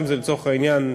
לצורך העניין,